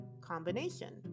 combination